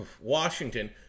Washington